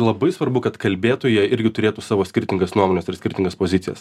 labai svarbu kad kalbėtų jie irgi turėtų savo skirtingas nuomones ir skirtingas pozicijas